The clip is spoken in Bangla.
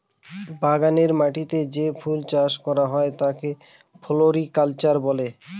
বাগানের মাটিতে যে ফুল চাষ করা হয় তাকে ফ্লোরিকালচার বলে